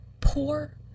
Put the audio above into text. poor